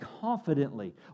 confidently